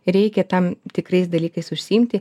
reikia tam tikrais dalykais užsiimti